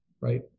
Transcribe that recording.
right